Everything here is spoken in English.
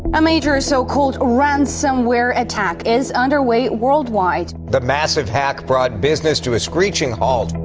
a major so-called ransomware attack is underway worldwide, the massive hack brought business to a screeching halt,